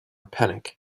panic